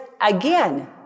again